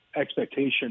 expectation